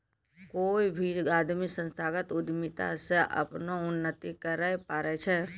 कोय भी आदमी संस्थागत उद्यमिता से अपनो उन्नति करैय पारै छै